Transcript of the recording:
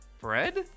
Bread